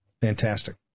Fantastic